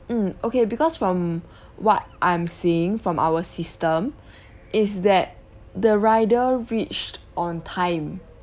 mm okay because from what I'm seeing from our system is that the rider reached on time